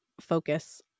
focus